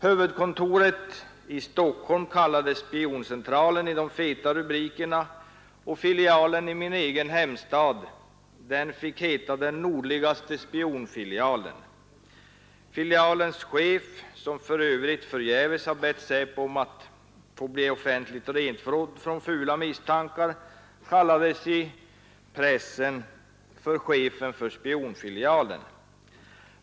Huvudkontoret i Stockholm kallades spioncentralen i de feta rubrikerna, och filialen i min egen hemstad Luleå fick heta den nordligaste spionfilialen. Filialens chef — som f. ö. förgäves har bett SÄPO om att bli rentvådd från fula misstankar — kallades i pressen för ”chefen för spionfilialen”.